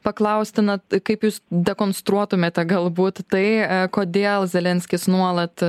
paklausti na kaip jūs dekonstruotumėte galbūt tai kodėl zelenskis nuolat